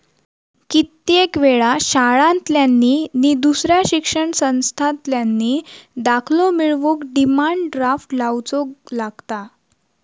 कित्येक वेळा शाळांतल्यानी नि दुसऱ्या शिक्षण संस्थांतल्यानी दाखलो मिळवूक डिमांड ड्राफ्ट लावुचो लागता